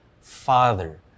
father